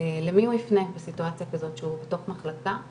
למי הוא יפנה בסיטואציה כזאת כשהוא בתוך מחלקה?